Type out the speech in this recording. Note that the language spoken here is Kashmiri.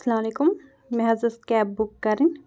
اَلسلامُ علیکُم مےٚ حظ ٲس کیب بُک کَرٕنۍ